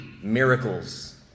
miracles